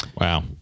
Wow